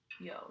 yo